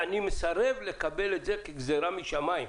אני מסרב לקבל את זה כגזירה משמים.